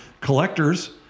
collectors